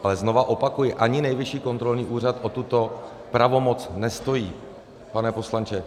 Ale znova opakuji, ani Nejvyšší kontrolní úřad o tuto pravomoc nestojí, pane poslanče.